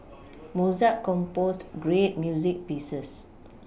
Mozart composed great music pieces